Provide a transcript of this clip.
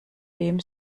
dem